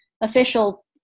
official